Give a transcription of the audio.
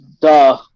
duh